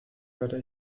werde